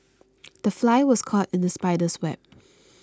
the fly was caught in the spider's web